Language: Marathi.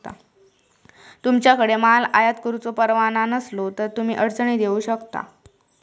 तुमच्याकडे माल आयात करुचो परवाना नसलो तर तुम्ही अडचणीत येऊ शकता